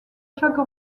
chaque